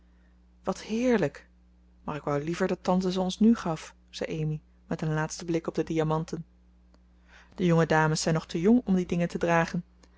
wat heerlijk maar ik wou liever dat tante ze ons nu gaf zei amy met een laatsten blik op de diamanten de jonge dames zijn nog te jong om die dingen te dragen